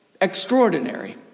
extraordinary